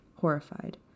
horrified